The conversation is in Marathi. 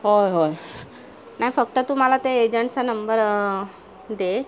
होय होय नाही फक्त तु मला ते एजंटचा नंबर दे